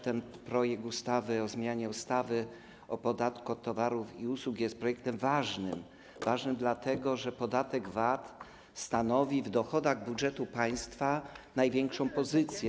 Ten projekt ustawy o zmianie ustawy o podatku od towarów i usług jest projektem ważnym, dlatego że podatek VAT stanowi w dochodach budżetu państwa największą pozycję.